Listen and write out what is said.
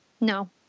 No